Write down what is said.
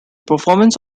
performance